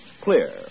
clear